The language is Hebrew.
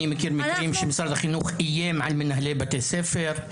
אני מכיר מקרים שמשרד החינוך איים על מנהלי בתי ספר,